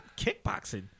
kickboxing